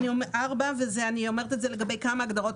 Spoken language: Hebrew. אני אומרת לגבי כמה הגדרות,